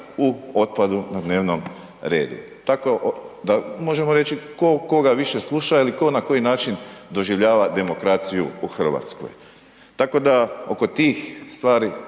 u otpadu na dnevnom redu. Tako da možemo reći ko ga više sluša ili ko na koji način doživljava demokraciju u Hrvatskoj. Tako da oko tih stvari,